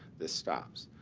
this stops.